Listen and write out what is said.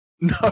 no